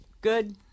good